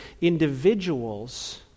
individuals